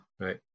right